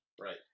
Right